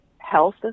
health